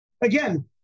Again